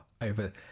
over